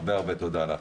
הרבה תודה לך.